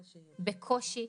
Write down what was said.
בקושי,